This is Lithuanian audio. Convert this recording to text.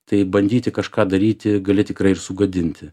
tai bandyti kažką daryti gali tikrai ir sugadinti